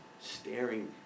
staring